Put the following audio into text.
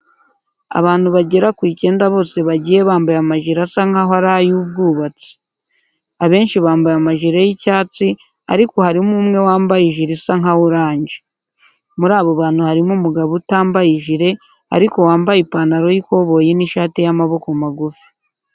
Abantu bagera ku icyenda bose bagiye bambaye amajire asa nkaho ari ay'ubwubatsi. Abenshi bambaye amajire y'icyatsi ariko harimo umwe wambaye ijire isa nka oranje. Muri abo bantu harimo umugabo utambaye ijire ariko wambaye ipantaro y'ikoboyi n'ishati y'amaboko magufi.